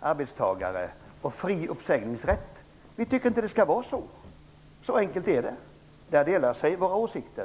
arbetstagare och fri uppsägningsrätt. Vi tycker inte att det skall vara så. Där skiljer sig våra åsikter.